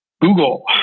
Google